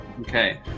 Okay